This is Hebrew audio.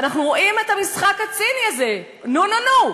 אנחנו רואים את המשחק הציני הזה: נו נו נו,